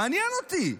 מעניין אותי.